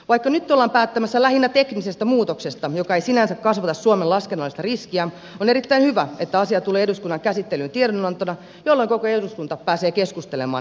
vaikka nyt ollaan päättämässä lähinnä teknisestä muutoksesta joka ei sinänsä kasvata suomen laskennallista riskiä on erittäin hyvä että asia tulee eduskunnan käsittelyyn tiedonantona jolloin koko eduskunta pääsee keskustelemaan asiasta